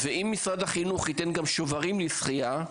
אם משרד החינוך גם ייתן שוברים ללימוד שחייה,